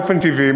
באופן טבעי,